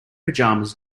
pajamas